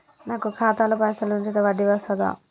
నాకు ఖాతాలో పైసలు ఉంచితే వడ్డీ వస్తదా?